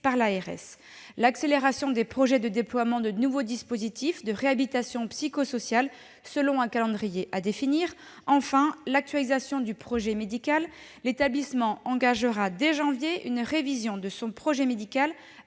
par l'ARS. Il faut également accélérer le déploiement de nouveaux dispositifs de réhabilitation psychosociale selon un calendrier à définir. Enfin, il faut une actualisation du projet médical : l'établissement engagera dès le mois de janvier une révision de son projet médical